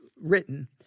written